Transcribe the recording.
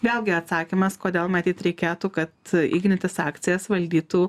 vėlgi atsakymas kodėl matyt reikėtų kad ignitis akcijas valdytų